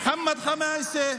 מוחמד ח'מאיסה,